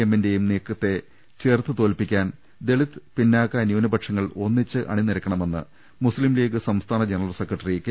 എമ്മിന്റെയും നീക്കത്തെ ചെറുത്ത് തോൽപ്പി ക്കാൻ ദളിത് പിന്നാക്ക ന്യൂനപക്ഷങ്ങൾ ഒന്നിച്ച് അണിനിരക്കണമെന്ന് മുസ്ലിം ലീഗ് സംസ്ഥാന ജനറൽ സെക്രട്ടറി കെ